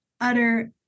utter